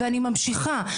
ואני ממשיכה.